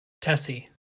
tessie